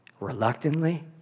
Reluctantly